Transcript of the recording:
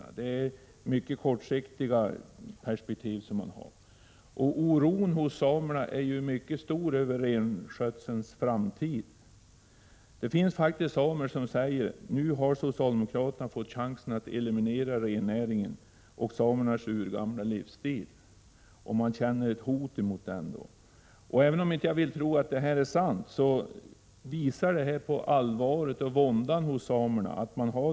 Man redovisar i propositionen ett mycket kortsiktigt perspektiv. Oron hos samerna över renskötselns framtid är mycket stor. Det finns faktiskt samer som säger att socialdemokraterna nu har fått chansen att eliminera rennäringen och samernas urgamla livsstil. Man känner alltså ett hot. Även om jag inte vill tro att det är så, visar de uttryck man använder på allvaret och våndan hos samerna.